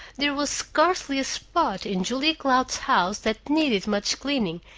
there was scarcely a spot in julia cloud's house that needed much cleaning,